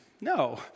No